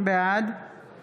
בעד